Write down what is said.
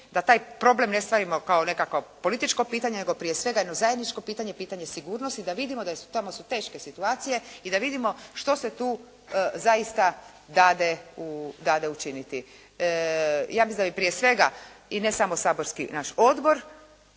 da taj problem ne stvorimo kao nekakvo političko pitanje, nego prije svega jedno zajedničko pitanje, pitanje sigurnosti, da vidimo da su tamo teške situacije i da vidimo što se tu zaista dade učiniti. Ja mislim da bi prije svega i ne samo saborski naš odbor,